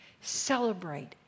Celebrate